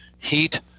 heat